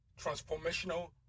transformational